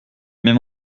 mais